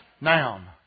noun